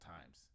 times